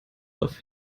auf